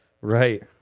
right